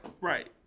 Right